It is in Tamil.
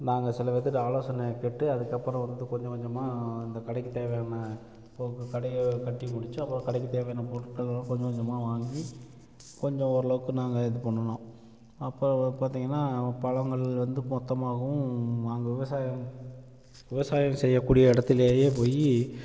நாங்கல் சில பேத்துக்கிட்ட ஆலோசனை கேட்டு அதுக்கப்பறம் வந்து கொஞ்சம் கொஞ்சமாக இந்த கடைக்கு தேவையான போ கடையை கட்டி முடித்து அப்பறம் கடைக்கு தேவையான பொருட்கள்லாம் கொஞ்சம் கொஞ்சமாக வாங்கி கொஞ்சம் ஓரளவுக்கு நாங்கள் இது பண்ணுனோம் அப்போ பார்த்திங்கன்னாபழங்கள் வந்து மொத்தமாகவும் நாங்கள் விவசாயம் விவசாயம் செய்யக்கூடிய இடுத்துலேயே போய்